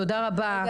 תודה רבה.